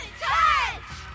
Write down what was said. touch